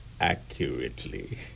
accurately